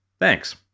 Thanks